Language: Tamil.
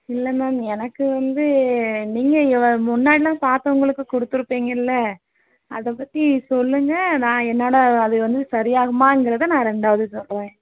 இல்லை மேம் எனக்கு வந்து நீங்கள் இங்கே வ முன்னாடியெலாம் பார்த்தவங்களுக்கு கொடுத்துருப்பிங்கள்ல அதை பற்றி சொல்லுங்க நான் என்னோடய அது வந்து சரியாகுமாங்கிறத நான் ரெண்டாவது சொல்கிறேன்